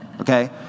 okay